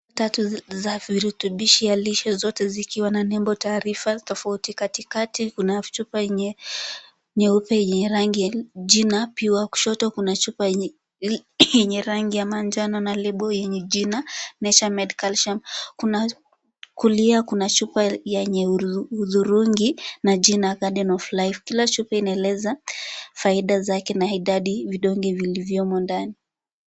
Tatu za virutubishi ya lishe zote zikiwa na nembo taarifa tofauti. Katikati kuna chupa nyeupe yenye rangi ya jina. Pia kushoto kuna chupa yenye rangi ya manjano na lebo yenye jina Nature Made calcium. Kuna kulia kuna chupa yenye udhurungi na jina Garden of Life. Kila chupa inaeleza faida zake na idadi vidonge vilivyo humu ndani.